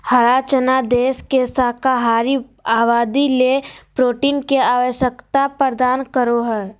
हरा चना देश के शाकाहारी आबादी ले प्रोटीन के आवश्यकता प्रदान करो हइ